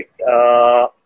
Right